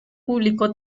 publicó